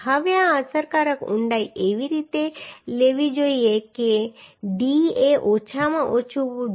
હવે આ અસરકારક ઊંડાઈ એવી રીતે લેવી જોઈએ કે d એ ઓછામાં ઓછું 0